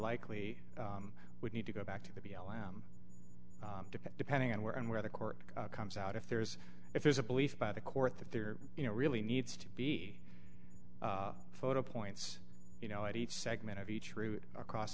likely would need to go back to be allowed to depending on where and where the court comes out if there's if there's a belief by the court that there you know really needs to be photo points you know at each segment of each route across